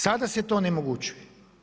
Sada se to onemogućuje.